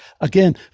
again